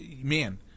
man